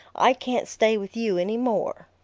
i can't stay with you any more.